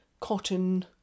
cotton